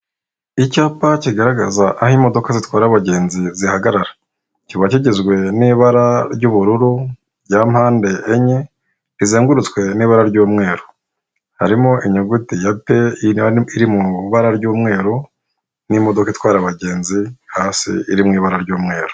Icyapa kigaragaza aho imodoka zitwara abagenzi zihagarara, kiba kigizwe n'ibara ry'ubururu rya mpande enye rizengurutswe n'ibara ry'umweru harimo inyuguti ya p iri mu ibara ry'umweru n'imodoka itwara abagenzi hasi iri mu ibara ry'umweru.